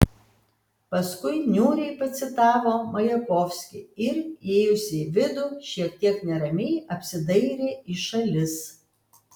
paskui niūriai pacitavo majakovskį ir įėjusi į vidų šiek tiek neramiai apsidairė į šalis